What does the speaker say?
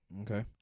Okay